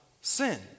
sin